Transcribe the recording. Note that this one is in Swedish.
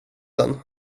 den